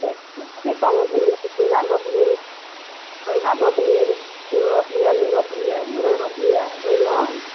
कीसभ रोपलियै बैगन रोपलियै बैगन रोपलियै आलू रोपलियै मूर रोपलियै बैगन